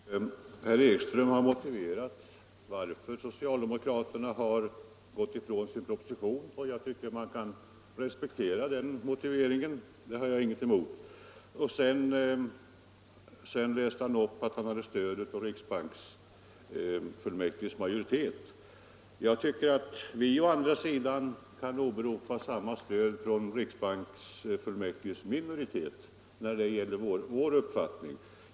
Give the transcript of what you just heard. Herr talman! Herr Ekström har motiverat varför socialdemokraterna har gått ifrån sin proposition, och jag tycker man kan respektera den motiveringen; det har jag ingenting emot. Sedan läste han upp ett citat som visade att han hade stöd av riksbanksfullmäktiges majoritet. Jag tycker att vi å andra sidan kan åberopa samma stöd — men från riksbanksfullmäktiges minoritet — när det gäller vår uppfattning.